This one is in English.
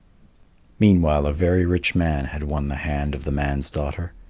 meanwhile a very rich man had won the hand of the man's daughter.